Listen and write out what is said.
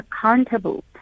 accountable